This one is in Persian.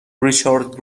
ریچارد